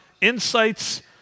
insights